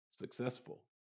successful